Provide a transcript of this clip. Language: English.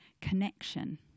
connection